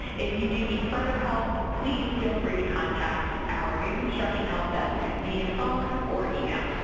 if you do need further help please feel free to contact our new construction help desk via phone or email.